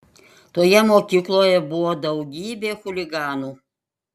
toje mokykloje buvo daugybė chuliganų